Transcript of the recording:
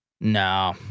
No